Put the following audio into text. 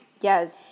Yes